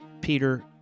Peter